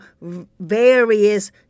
various